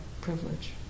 privilege